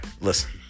listen